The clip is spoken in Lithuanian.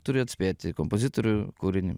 turi atspėti kompozitorių kūrinį